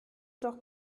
doch